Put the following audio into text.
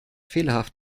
fehlerhaft